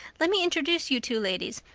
let me introduce you two ladies.